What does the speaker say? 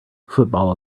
football